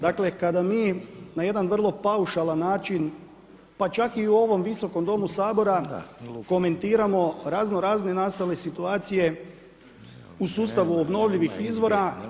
Dakle kada mi na jedan vrlo paušalan način pa čak i u ovom Visokom domu Sabora komentiramo razno razne nastale situacije u sustavu obnovljivih izbora.